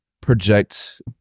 project